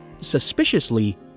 Suspiciously